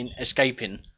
escaping